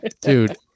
dude